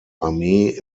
armee